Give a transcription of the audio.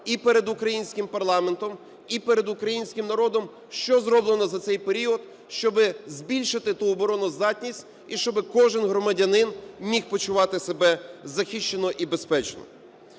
і перед українським парламентом, і перед українським народом, що зроблено за цей період, щоби збільшити ту обороноздатність і щоби кожен громадянин міг почувати себе захищено і безпечно.